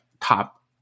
top